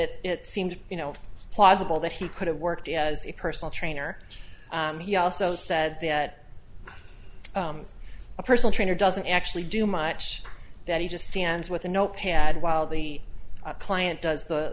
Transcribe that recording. that it seemed you know plausible that he could have worked as a personal trainer he also said that a personal trainer doesn't actually do much that he just stands with a notepad while the client does the